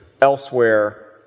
elsewhere